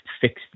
fixed